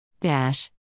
Dash